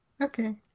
Okay